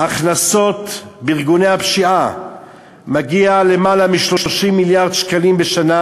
ההכנסות בארגוני הפשיעה מגיעות ליותר מ-30 מיליארד שקלים בשנה,